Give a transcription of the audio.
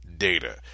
Data